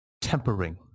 tempering